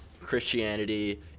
Christianity